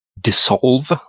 dissolve